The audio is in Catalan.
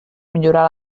millorar